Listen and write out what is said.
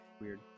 Weird